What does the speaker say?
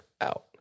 out